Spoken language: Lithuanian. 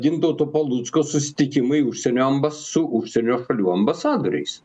gintauto palucko susitikimai užsienio ambas su užsienio šalių ambasadoriais